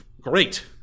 great